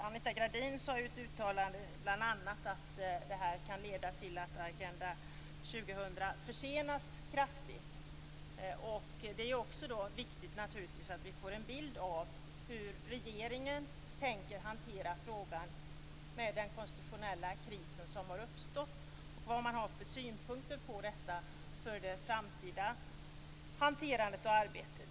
Anita Gradin sade i ett uttalande bl.a. att det här kan leda till att Agenda 2000 försenas kraftigt. Det är naturligtvis viktigt att vi får en bild av hur regeringen tänker hantera frågan med tanke på den konstitutionella kris som har uppstått och att vi får veta vad man har för synpunkter på detta när det gäller det framtida arbetet.